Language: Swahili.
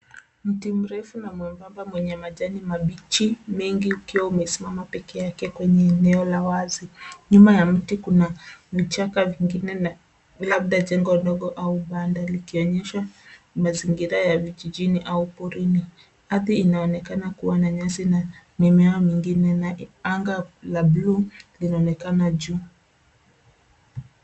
Mti mrefu na mwembamba mwenye majani mabichi mengi ukiwa umesimama pekee kwenye eneo la wazi. Nyuma ya mti kuna vichaka vingine na labda jengo dogo au banda likionyesha mazingira ya vijini au porini. Ardhi inaonekana kuwa na nyasi na mimea mingine, na anga la blue linaonekana juu.